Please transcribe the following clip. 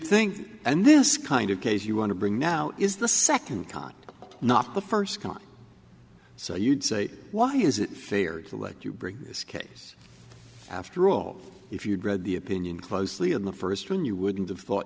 think and this kind of case you want to bring now is the second khan not the first cause so you'd say why is it fair to let you bring this case after all if you had read the opinion closely in the first one you wouldn't have thought